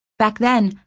back then,